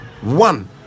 one